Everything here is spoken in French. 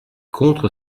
contre